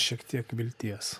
šiek tiek vilties